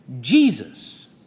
Jesus